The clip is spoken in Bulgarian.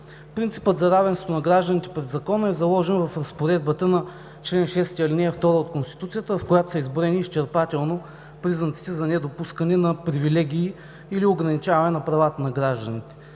Принципът за равенството на гражданите пред Закона е заложен в разпоредбата на чл. 6, ал. 2 от Конституцията, в която са изброени изчерпателно признаците за недопускане на привилегии или ограничаване на правата на гражданите.